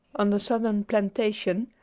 on the southern plantation,